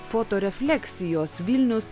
foto refleksijos vilnius